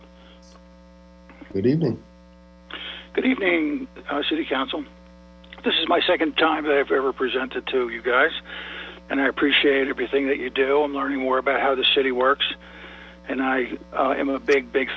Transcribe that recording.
good evening good evening city council this is my second time that i've ever presented to you guys and i appreciate everything that you do and learning more about how the city works and i am a big big